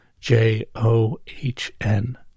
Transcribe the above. J-O-H-N